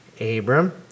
Abram